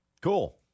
Cool